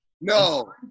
No